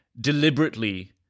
deliberately